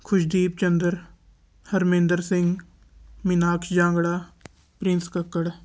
Khushdeep Chander Harminder Singh Meenaksh Jangra Prince Kakkar